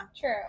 True